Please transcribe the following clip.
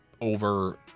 over